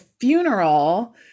funeral